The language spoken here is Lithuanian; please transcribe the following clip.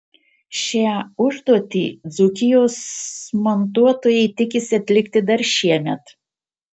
šią užduotį dzūkijos montuotojai tikisi atlikti dar šiemet